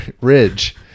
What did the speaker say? Ridge